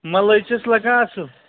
ملٲے چھَیس لگان اصٕل